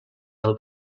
del